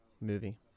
movie